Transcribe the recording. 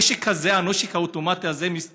הנשק הזה, הנשק האוטומטי הזה, מסתובב,